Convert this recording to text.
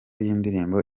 y’indirimbo